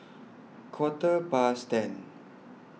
Quarter Past ten